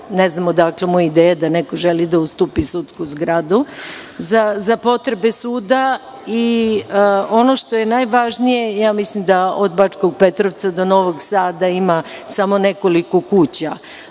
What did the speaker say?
Ne znam odakle mu ideja da neko želi da ustupi sudsku zgradu za potrebe suda. Ono što je najvažnije, mislim da od Bačkog Petrovca do Novog Sada ima samo nekoliko kuća